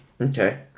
Okay